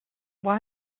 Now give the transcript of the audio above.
why